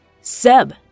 Seb